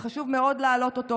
וחשוב מאוד להעלות אותו.